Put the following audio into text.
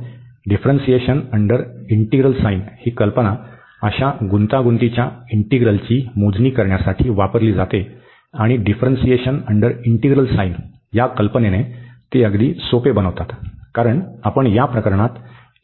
म्हणून differentiation under integral sign ही कल्पना अशा गुंतागुंतीच्या इंटीग्रलची मोजणी करण्यासाठी वापरली जाते आणि डिफ्रन्सिएशन अंडर इंटीग्रल साइन या कल्पनेने ते अगदी सोपे बनतात कारण आपण या प्रकरणात